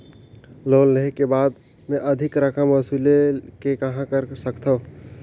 Loan लेहे के बाद मे अधिक रकम वसूले के कहां कर सकथव?